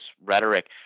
rhetoric